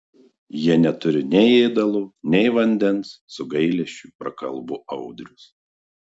jie neturi nei ėdalo nei vandens su gailesčiu prakalbo audrius